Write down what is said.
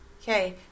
Okay